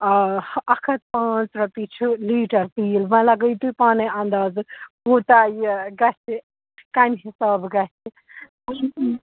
اَکھ ہَتھ پانٛژھ رۄپیہِ چھِ لیٖٹَر تیٖل وۄنۍ لگٲیِو تُہۍ پانے اندازٕ کوٗتاہ یہِ گژھِ کَمہِ حسابہٕ گژھِ